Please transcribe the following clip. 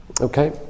Okay